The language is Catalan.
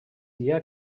dia